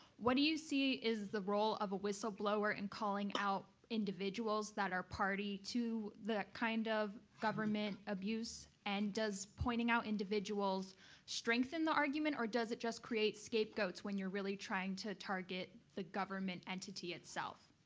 what do you see is the role of a whistleblower in calling out individuals that are party to the kind of government abuse, and does pointing out individuals strengthen the argument, or does it just create scapegoats when you're really trying to target the government entity itself?